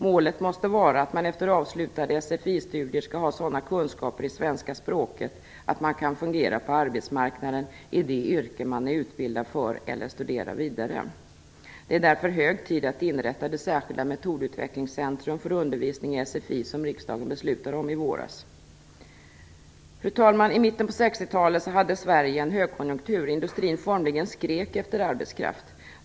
Målet måste vara att man efter avslutade SFI studier skall ha sådana kunskaper i svenska språket att man kan fungera på arbetsmarknaden i det yrke man är utbildad för eller studera vidare. Det är därför hög tid att inrätta det särskilda metodutvecklingscentrum för undervisning i SFI som riksdagen beslutade om i våras. Fru talman! I mitten av 60-talet hade Sverige en högkonjunktur. Industrin formligen skrek efter arbetskraft.